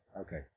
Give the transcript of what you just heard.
okay